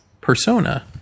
persona